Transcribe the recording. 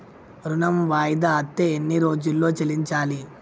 ఋణం వాయిదా అత్తే ఎన్ని రోజుల్లో చెల్లించాలి?